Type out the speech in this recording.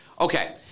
Okay